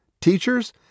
teachers